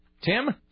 Tim